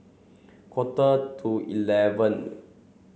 quarter to eleven